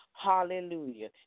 Hallelujah